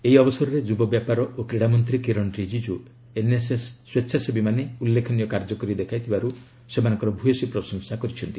ଏହି ଅବସରରେ ଯୁବବ୍ୟାପାର ଓ କ୍ରୀଡ଼ାମନ୍ତ୍ରୀ କିରଣ ରିଜିକ୍ୟୁ ଏନ୍ଏସ୍ଏସ୍ ସ୍ପେଚ୍ଛାସେବୀମାନେ ଉଲ୍ଲେଖନୀୟ କାର୍ଯ୍ୟ କରି ଦେଖାଇଥିବାରୁ ସେମାନଙ୍କର ଭୂୟସୀ ପ୍ରଶସା କରିଛନ୍ତି